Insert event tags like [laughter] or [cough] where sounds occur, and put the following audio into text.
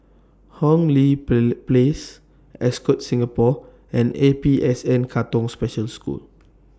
Hong Lee [unintelligible] Place Ascott Singapore and A P S N Katong Special School